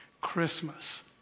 Christmas